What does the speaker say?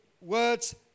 words